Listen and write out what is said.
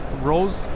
rose